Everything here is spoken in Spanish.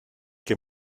que